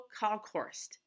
Kalkhorst